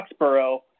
Foxborough